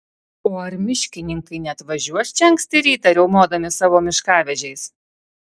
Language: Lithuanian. o ar miškininkai neatvažiuos čia anksti rytą riaumodami savo miškavežiais